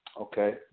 Okay